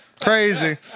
crazy